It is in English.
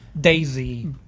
Daisy